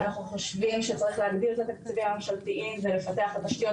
אנחנו חושבים שצריך להגדיל את התקציבים הממשלתיים ולפתח את התשתיות